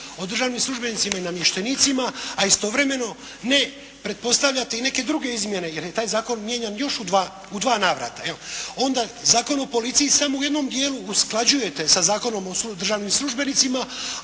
o državnim službenicima i namještenicima, a istovremeno ne pretpostavljate i neke druge izmjene jer je taj zakon mijenjan još u dva navrata. Onda Zakon o policiji samo u jednom dijelu usklađujete sa Zakonom o državnim službenicima,